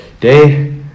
day